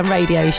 Radio